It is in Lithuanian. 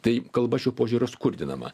tai kalba šiuo požiūriu skurdinama